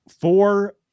Four